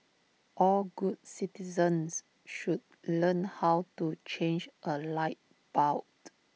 all good citizens should learn how to change A light buld